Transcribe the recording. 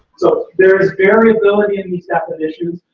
so there is variability in these definitions,